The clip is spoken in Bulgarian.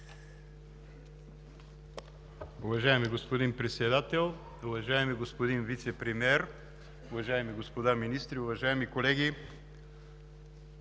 Уважаеми господин Председател, уважаеми господин Вицепремиер, уважаеми господа министри, уважаеми колеги!